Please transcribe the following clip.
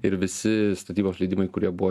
ir visi statybos leidimai kurie buvo